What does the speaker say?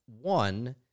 One